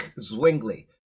Zwingli